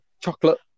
chocolate